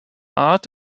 art